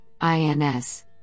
INS